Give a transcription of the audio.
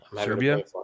Serbia